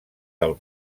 del